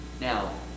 Now